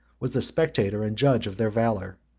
was the spectator and judge of their valor